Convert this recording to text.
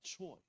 choice